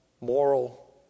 moral